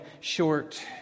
short